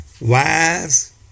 Wise